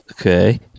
Okay